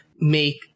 make